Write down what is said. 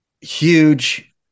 huge